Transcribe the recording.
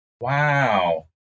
Wow